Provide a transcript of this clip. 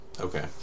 Okay